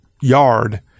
yard